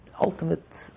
ultimate